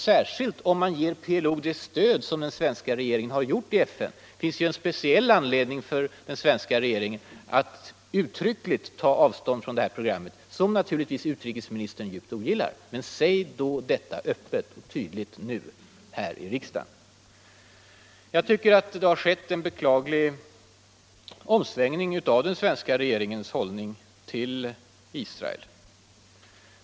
Särskilt om man ger PLO det stöd som den svenska regeringen har gjort i FN, finns det en speciell anledning för den svenska regeringen att uttryckligt ta avstånd från detta program, som naturligtvis utrikesministern djupt ogillar. Men säg det då öppet och tydligt nu här i riksdagen! Jag tycker att det har skett en beklaglig omsvängning av den svenska regeringens hållning till Israel.